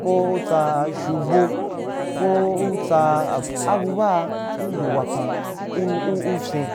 Ke u tsa a fyubo ko u tsa abo abu baa i ndo wapan u fyen